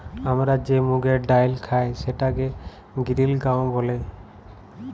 আমরা যে মুগের ডাইল খাই সেটাকে গিরিল গাঁও ব্যলে